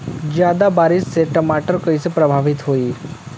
ज्यादा बारिस से टमाटर कइसे प्रभावित होयी?